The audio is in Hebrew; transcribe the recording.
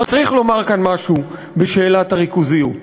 צריך לומר כאן משהו בשאלת הריכוזיות.